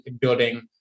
building